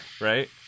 right